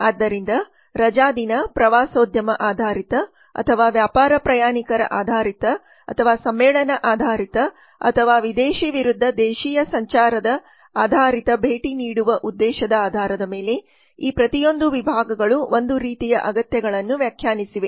ಆದ್ದರಿಂದ ರಜಾದಿನ ಪ್ರವಾಸೋದ್ಯಮ ಆಧಾರಿತ ಅಥವಾ ವ್ಯಾಪಾರ ಪ್ರಯಾಣಿಕರ ಆಧಾರಿತ ಅಥವಾ ಸಮ್ಮೇಳನ ಆಧಾರಿತ ಅಥವಾ ವಿದೇಶಿ ವಿರುದ್ಧ ದೇಶೀಯ ಸಂಚಾರ ಆಧಾರಿತ ಭೇಟಿ ನೀಡುವ ಉದ್ದೇಶದ ಆಧಾರದ ಮೇಲೆ ಈ ಪ್ರತಿಯೊಂದು ವಿಭಾಗಗಳು ಒಂದು ರೀತಿಯ ಅಗತ್ಯಗಳನ್ನು ವ್ಯಾಖ್ಯಾನಿಸಿವೆ